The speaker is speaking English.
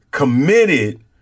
Committed